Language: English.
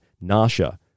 nausea